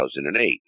2008